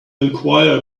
enquire